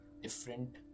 different